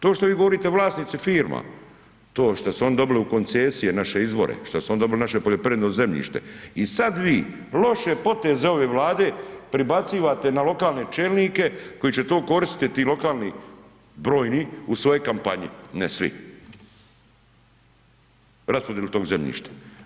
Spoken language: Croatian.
To što vi govorite vlasnici firma, to što su oni dobili u koncesije naše izvore, šta su oni dobili naše poljoprivredno zemljište i sad vi loše poteze ove Vlade prebacivate na lokalne čelnike koji će to koristiti lokalni brojni u svojoj kampanji, ne svi, raspodjelu to zemljišta.